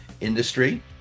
industry